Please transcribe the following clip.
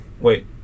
Wait